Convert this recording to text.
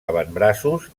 avantbraços